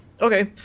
Okay